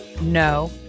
No